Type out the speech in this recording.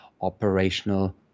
operational